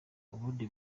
ubundi